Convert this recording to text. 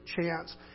chance